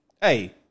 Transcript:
hey